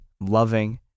loving